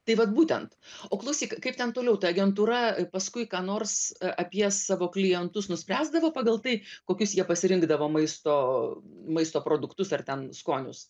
tai vat būtent o klausyk kaip ten toliau ta agentūra paskui ką nors apie savo klientus nuspręsdavo pagal tai kokius jie pasirinkdavo maisto maisto produktus ar ten skonius